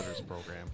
program